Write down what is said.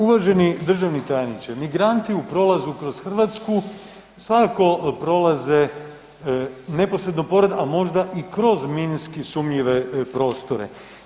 Uvaženi državni tajniče migranti u prolazu kroz Hrvatsku svakako prolaze neposredno pored, a možda i kroz minski sumnjive prostore.